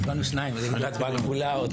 הצבעה ההסתייגות לא נתקבלה ההסתייגות לא התקבלה.